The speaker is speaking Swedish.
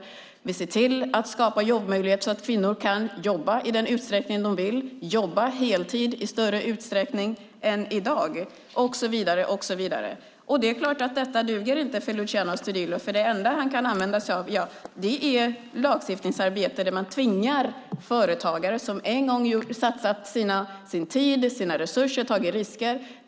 Vi ser till att skapa jobbmöjligheter så att kvinnor kan jobba i den utsträckning de vill och jobba heltid i större utsträckning än i dag. Det är klart att detta inte duger för Luciano Astudillo, för det enda han kan använda sig av är lagstiftningsarbete som gör att politiker kan bestämma över företagare som en gång satsat sin tid, sina resurser och tagit risker.